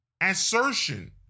assertion